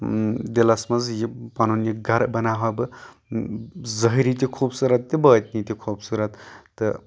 دَلَس منٛز یہِ پنُن یہِ گرٕ بَناوہا بہٕ ظٲہری تہِ خوٗبصرَت تہٕ بٲطنی تہِ خوٗبصوٗرَت تہٕ